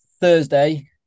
Thursday